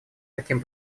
таким